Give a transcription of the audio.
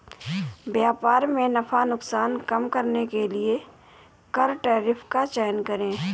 व्यापार में नफा नुकसान कम करने के लिए कर टैरिफ का चयन करे